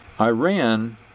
Iran